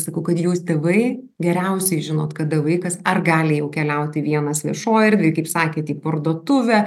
sakau kad jūs tėvai geriausiai žinot kada vaikas ar gali jau keliauti vienas viešojoj erdvėj kaip sakėt į parduotuvę